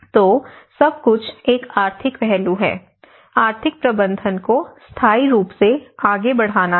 तो सब कुछ एक आर्थिक पहलू है आर्थिक प्रबंधन को स्थायी रूप से आगे बढ़ना है